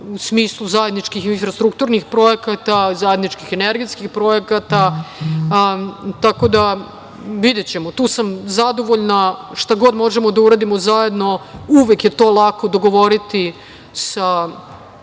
u smislu zajedničkih infrastrukturnih projekata, zajedničkih energetskih projekata, tako da videćemo. Tu su sam zadovoljna. Šta god možemo da uradimo zajedno, uvek je to lako dogovoriti sa